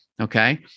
Okay